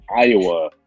Iowa